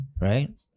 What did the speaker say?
right